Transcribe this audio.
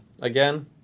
again